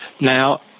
Now